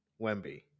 Wemby